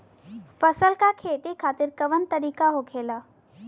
फसल का खेती खातिर कवन तरीका होखेला?